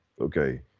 Okay